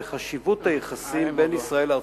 בחשיבות היחסים בין ישראל לארצות-הברית.